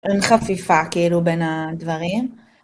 אין חפיפה כאילו בין הדברים.